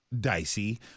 dicey